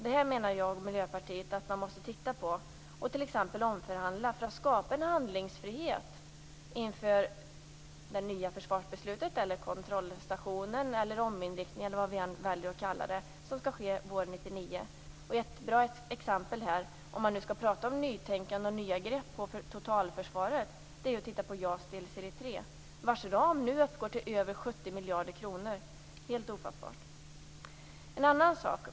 Det menar jag och Miljöpartiet att man måste titta närmare på och t.ex. omförhandla för att skapa handlingsfrihet inför det nya försvarsbeslutet, kontrollstationen, ominriktningen eller vad vi väljer att kalla det som skall ske våren 1999. Ett bra exempel, om man nu skall prata om nytänkande och nya grepp i totalförsvaret, är att titta på JAS delserie 3, vars ram nu uppgår till över 70 miljarder kronor - helt ofattbart.